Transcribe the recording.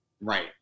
Right